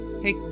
hey